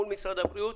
מול משרד הבריאות,